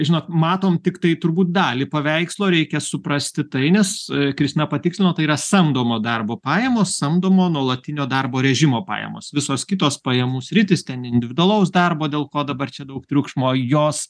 žinot matom tiktai turbūt dalį paveikslo reikia suprasti tai nes kristina patikslino tai yra samdomo darbo pajamos samdomo nuolatinio darbo režimo pajamos visos kitos pajamų sritys ten individualaus darbo dėl ko dabar čia daug triukšmo jos